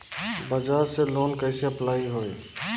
बज़ाज़ से लोन कइसे अप्लाई होई?